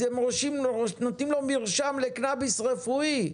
אז נותנים לו מרשם לקנביס רפואי,